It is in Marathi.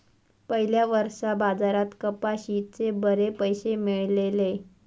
पयल्या वर्सा बाजारात कपाशीचे बरे पैशे मेळलले